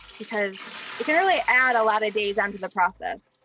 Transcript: because it can really add a lot of days onto the process.